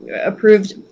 approved